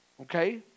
okay